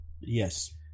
yes